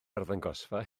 arddangosfa